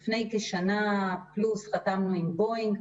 לפני כשנה פלוס חתמנו עם בואינג.